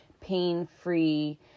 pain-free